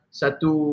satu